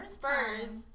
First